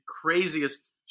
craziest